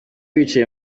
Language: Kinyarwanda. bicaye